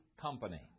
company